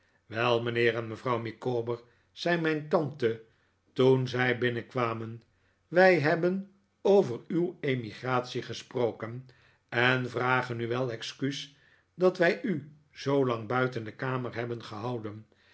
wel mijnheer en mevrouw micawber zei mijn tante toen zij binnenkwamen wij hebben over uw emigratie gesproken en vragen u wel excuus dat wij u zoolang buiten de kamer hebben gehouden